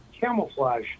camouflage